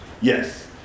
Yes